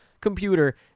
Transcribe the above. computer